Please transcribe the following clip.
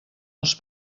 els